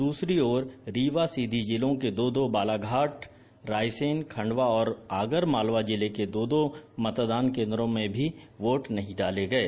द्रसरी और रीवा सीधी जिलों के दो दो बालाघाट रायसेन खंडवा और आगरमालवा जिले के दो दो मतदान केन्द्रों में मत नहीं डाले गये